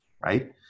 right